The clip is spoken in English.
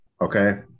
Okay